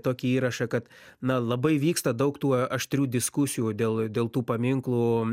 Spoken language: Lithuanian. tokį įrašą kad na labai vyksta daug tų aštrių diskusijų dėl dėl tų paminklų